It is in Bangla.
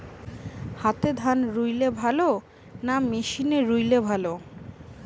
হাতে ধান রুইলে ভালো না মেশিনে রুইলে ভালো?